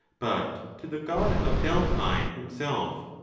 but to the god of delphi himself.